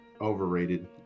overrated